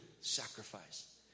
sacrifice